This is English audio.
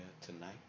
tonight